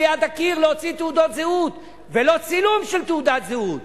ליד הקיר להוציא תעודת זהות ולא צילום של תעודת זהות.